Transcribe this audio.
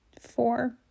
Four